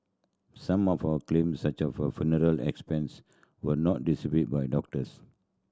some of claims such as for funeral expense were not disputed by doctors